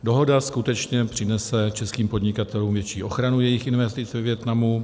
Dohoda skutečně přinese českým podnikatelům větší ochranu jejich investic ve Vietnamu.